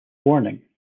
warning